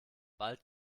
bald